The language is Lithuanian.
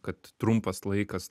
kad trumpas laikas